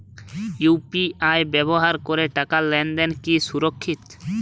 UPI ব্যবহার করে টাকা লেনদেন কি সুরক্ষিত?